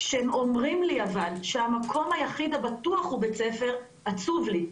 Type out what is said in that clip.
כשאומרים לי שהמקום היחיד הבטוח הוא בית ספר - עצוב לי.